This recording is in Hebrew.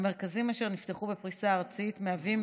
המרכזים, אשר נפתחו בפריסה ארצית, מהווים